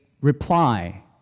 reply